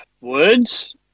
words